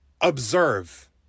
observe